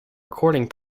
recording